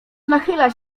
nachyla